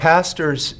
Pastors